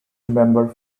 remembered